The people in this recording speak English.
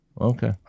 Okay